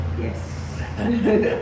Yes